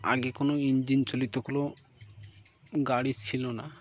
আগে কোনো ইঞ্জিন চালিত কোনো গাড়ি ছিল না